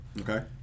Okay